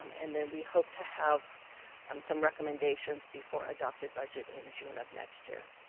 um and then we hope to have um some recommendations before adopted budget in june of next year.